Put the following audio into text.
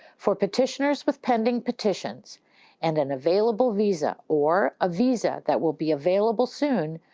for petitioners with pending petitions and an available visa or a visa that will be available soon,